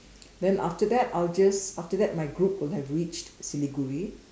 then after that I will just after that my group will have reached Siliguri